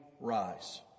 rise